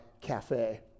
cafe